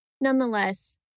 nonetheless